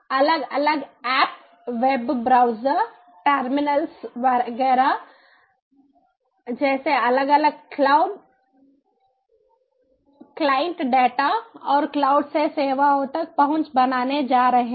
अलग अलग app web browser terminals वगैरह एट्सेटर etcetera जैसे अलग अलग क्लाउड क्लाइंट डेटा और क्लाउड से सेवाओं तक पहुंच बनाने जा रहे हैं